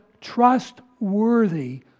trustworthy